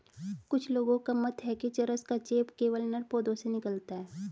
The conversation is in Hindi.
कुछ लोगों का मत है कि चरस का चेप केवल नर पौधों से निकलता है